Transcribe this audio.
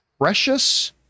precious